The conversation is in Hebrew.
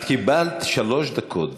את קיבלת שלוש דקות,